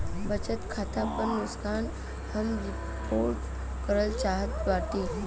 बचत खाता पर नुकसान हम रिपोर्ट करल चाहत बाटी